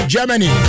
Germany